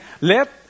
Let